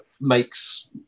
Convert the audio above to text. makes